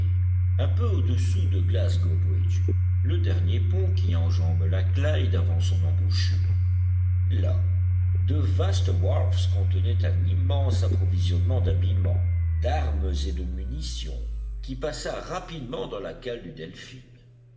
un peu au-dessous de glasgow bridge le dernier pont qui enjambe la clyde avant son embouchure là de vastes wharfs contenaient un immense approvisionnement d'habillements d'armes et de munitions qui passa rapidement dans la cale du delphin